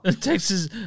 Texas